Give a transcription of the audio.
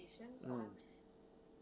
mm